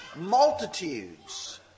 multitudes